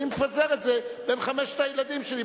אני מפזר את זה בין חמשת הילדים שלי,